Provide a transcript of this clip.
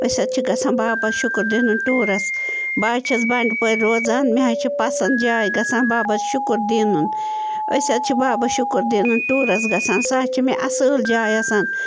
أسۍ حظ چھِ گژھان بابا شُکر دیٖنُن ٹیوٗرَس بہٕ حظ چھَس بَنڈپورِ روزان مےٚ حظ چھِ پسنٛد جاے گژھان بابا شُکُر دیٖنُن أسۍ حظ چھِ بابا شُکر دیٖنُن ٹیوٗرَس گژھان سۄ حظ چھےٚ مےٚ اصٕل جاے آسان